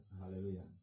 Hallelujah